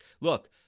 Look